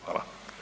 Hvala.